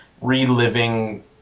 reliving